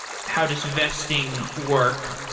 how does vesting work?